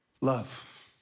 Love